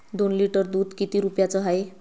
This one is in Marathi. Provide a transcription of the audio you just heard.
दोन लिटर दुध किती रुप्याचं हाये?